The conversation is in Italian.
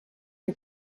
che